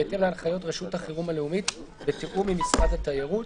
בהתאם להנחיות רשות החירום הלאומית בתיאום עם משרד התיירות,